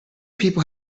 people